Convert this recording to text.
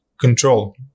control